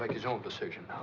like his own decision